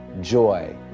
joy